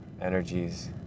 energies